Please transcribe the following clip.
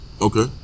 Okay